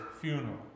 funeral